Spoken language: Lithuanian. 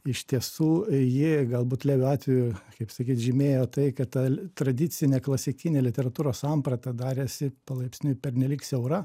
iš tiesų ji galbūt levio atveju kaip sakyt žymėjo tai kad ta tradicinė klasikinė literatūros samprata darėsi palaipsniui pernelyg siaura